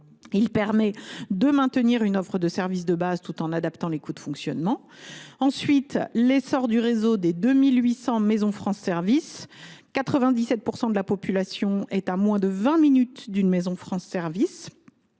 permet de maintenir une offre de services de base tout en adaptant les coûts de fonctionnement. L’essor du réseau des 2 800 maisons France Services : 97 % de la population est à moins de 20 minutes d’une maison France Services,